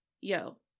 yo